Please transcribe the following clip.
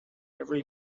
every